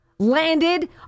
...landed